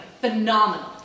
phenomenal